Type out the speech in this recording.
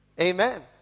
Amen